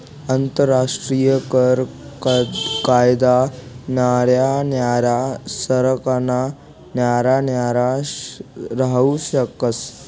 आंतरराष्ट्रीय कर कायदा न्यारा न्यारा सरकारना न्यारा न्यारा राहू शकस